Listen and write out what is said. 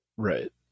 Right